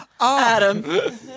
Adam